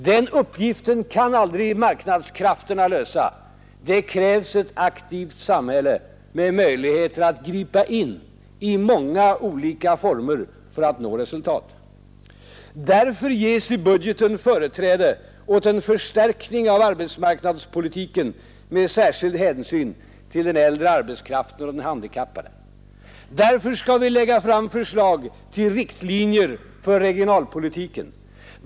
Den uppgiften kan aldrig marknadskrafterna lösa. Det krävs ett aktivt samhälle med möjligheter att gripa in i många olika former för att nå resultat. Därför ges i budgeten företräde åt en förstärkning av arbetsmarknadspolitiken, med särskild hänsyn till den äldre arbetskraften och de handikappade. Därför skall vi lägga fram förslag till riktlinjer för regionalpolitiken.